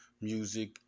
music